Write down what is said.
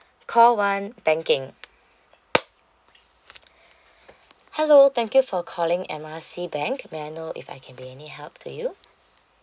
call one banking hello thank you for calling M R C bank may I know if I can be any help to you